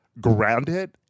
grounded